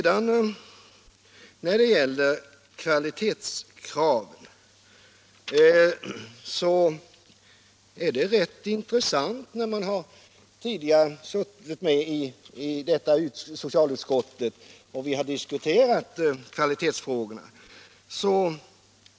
Diskussionen om kvalitetskraven är rätt intressant, när man tidigare har suttit med i socialutskottet och där diskuterat kvalitetsfrågorna.